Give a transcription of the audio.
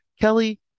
Kelly